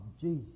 Jesus